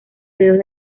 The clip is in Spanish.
dedos